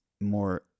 more